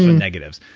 negatives.